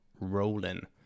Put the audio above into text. rolling